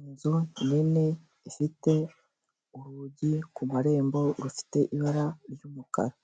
Inzu nini ifite urugi ku marembo rufite ibara ry'umukara